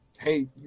Hey